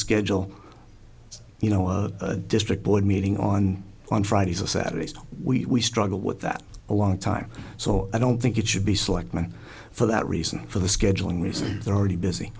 schedule you know a district board meeting on on fridays and saturdays we struggle with that a long time so i don't think it should be selectman for that reason for the scheduling reason they're already busy